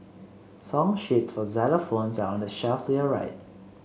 song sheets for xylophones are on the shelf to your right